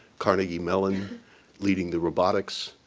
carnegie mellon leading the robotics,